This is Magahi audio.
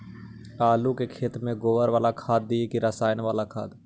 आलू के खेत में गोबर बाला खाद दियै की रसायन बाला खाद?